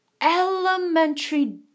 elementary